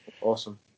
awesome